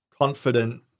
confident